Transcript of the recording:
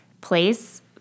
place